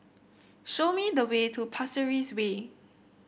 show me the way to Pasir Ris Way